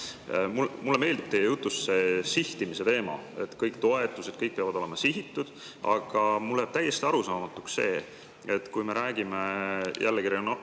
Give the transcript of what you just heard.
Mulle meeldib teie jutust see sihtimise teema, et kõik toetused peavad olema sihitud. Aga mulle jääb täiesti arusaamatuks see, et kui me räägime jällegi